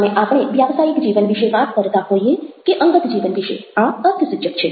અને આપણે વ્યાવસાયિક જીવન વિશે વાત કરતાં હોઈએ કે અંગત જીવન વિશે આ અર્થસૂચક છે